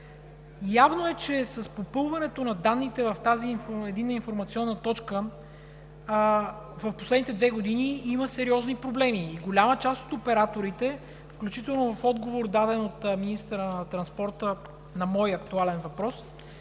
Явно е, че с попълването на данните в тази единна информационна точка в последните две години има сериозни проблеми, включително в отговор, даден от министъра на транспорта на мой актуален въпрос,